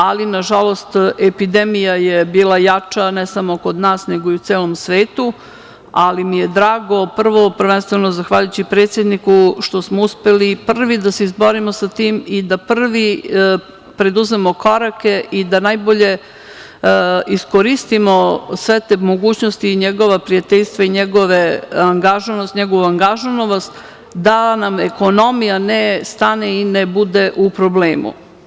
Ali, nažalost, epidemija je bila jača, ne samo kod nas, nego i u celom svetu, ali mi je drago, prvo prvenstveno zahvaljujući predsedniku, što smo uspeli prvi da se izborimo sa tim i da prvi preduzmemo korake i da najbolje iskoristimo sve te mogućnosti, njegova prijateljstva i njegovu angažovanost da nam ekonomija ne stane i ne bude u problemu.